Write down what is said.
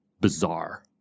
bizarre